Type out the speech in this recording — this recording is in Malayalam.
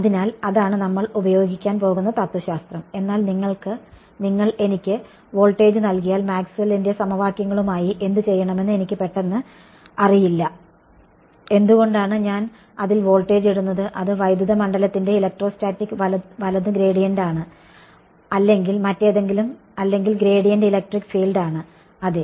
അതിനാൽ അതാണ് നമ്മൾ ഉപയോഗിക്കാൻ പോകുന്ന തത്വശാസ്ത്രം എന്നാൽ നിങ്ങൾ എനിക്ക് വോൾട്ടേജ് നൽകിയാൽ മാക്സ്വെല്ലിന്റെ സമവാക്യങ്ങളുമായി Maxwell's equations എന്തുചെയ്യണമെന്ന് എനിക്ക് പെട്ടെന്ന് അറിയില്ല എന്തുകൊണ്ടാണ് ഞാൻ അതിൽ വോൾട്ടേജ് ഇടുന്നത് അത് വൈദ്യുത മണ്ഡലത്തിന്റെ ഇലക്ട്രോസ്റ്റാറ്റിക്സ് വലത് ഗ്രേഡിയന്റാണ് അല്ലെങ്കിൽ മറ്റേതെങ്കിലും അല്ലെങ്കിൽ ഗ്രേഡിയന്റ് ഇലക്ട്രിക് ഫീൽഡ് ആണ് അതെ